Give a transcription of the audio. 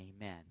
amen